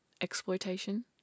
exploitation